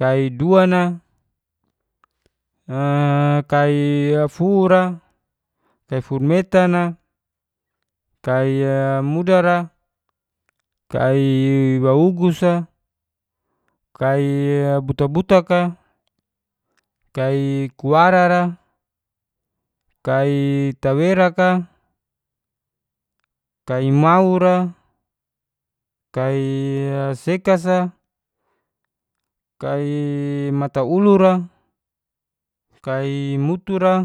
kai duan a, a kai fur a, kai fur metan a, kai a muda ra, kai waugus a, kai a butak butak a, kai kuwara ra, kai tawerak a, kai mau ra, kai a sekas a, kai mataulur a, kai mutu ra,